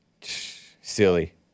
silly